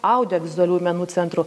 audiovizualiųjų menų centru